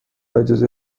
اجازه